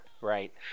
right